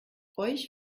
euch